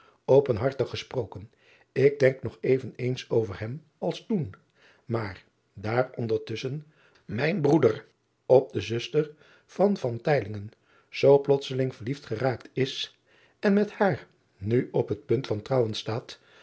gesproken ik denk nog even eens over hem als toen maar daar ondertusschen man broeder op de zuster van zoo plotseling verliefd geraakt is en met haar nu op het punt van trouwen staat